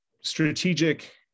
strategic